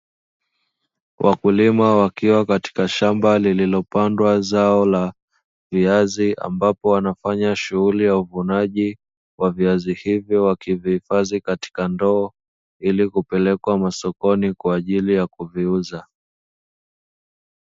Wakulima wakiwa katika shamba lililopandwa zao la viazi, ambapo wanafanya shughuli ya uvunaji wa viazi hivyo wakihifadhi katika ndoa ili kupelekwa masokoni kwa ajili ya kuviuza.